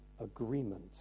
agreement